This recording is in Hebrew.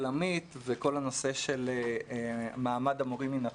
עמית וכל הנושא של מעמד המורים מן החוץ,